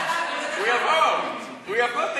הוא יבוא, הוא יבוא.